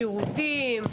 שירותים,